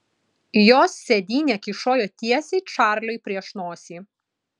jos sėdynė kyšojo tiesiai čarliui prieš nosį